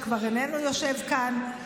שכבר איננו יושב כאן,